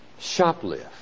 shoplift